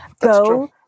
go –